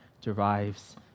derives